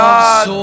God